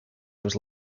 was